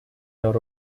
not